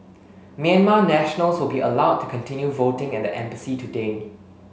Myanmar nationals will be allowed to continue voting at the embassy today